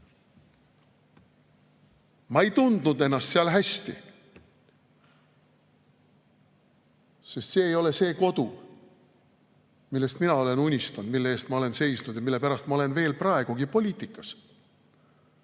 Ma ei tundnud ennast seal hästi, sest see ei ole see kodu, millest mina olen unistanud, mille eest ma olen seisnud ja mille pärast ma olen veel praegugi poliitikas.